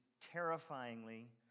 terrifyingly